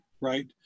Right